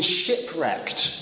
shipwrecked